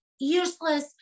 useless